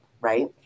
right